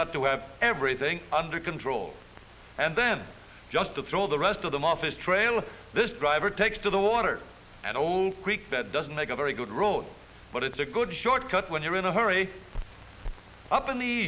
got to have everything under control and then just to throw the rest of them off is trailing this driver takes to the water and old creek that doesn't make a very good road but it's a good shortcut when you're in a hurry up in the